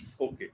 okay